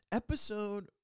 episode